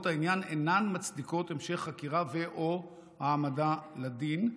העניין אינן מצדיקות המשך חקירה ו/או העמדה לדין,